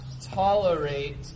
tolerate